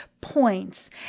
points